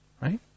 Right